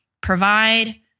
provide